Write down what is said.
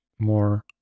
more